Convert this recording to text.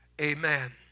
Amen